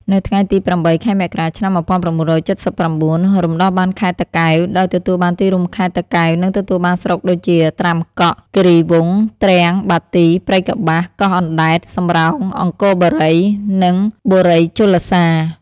នៅថ្ងៃទី ០៨ ខែមករា ឆ្នាំ ១៩៧៩ រំដោះបានខេត្តតាកែវ ដោយទទួលបានទីរួមខេត្ត តាកែវ និងទទួលបានស្រុកដូចជា ត្រាំកក់ គីរីវង្ស ទ្រាំង បាទី ព្រៃកប្បាស កោះអណ្តែត សំរោង អង្គរបូរី និងបូរីជលសារ។